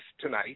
tonight